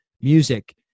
music